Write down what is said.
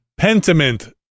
Pentiment